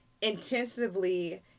intensively